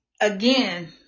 again